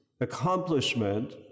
accomplishment